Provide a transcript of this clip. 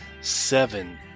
seven